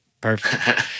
Perfect